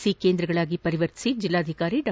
C ಕೇಂದ್ರಗಳಾಗಿ ಪರಿವರ್ತಿಸಿ ಜಿಲ್ಲಾಧಿಕಾರಿ ಡಾ